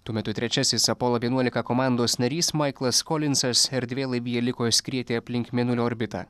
tuo metu trečiasis apolo vienuolika komandos narys maiklas kolinsas erdvėlaivyje liko skrieti aplink mėnulio orbitą